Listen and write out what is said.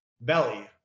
belly